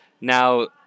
now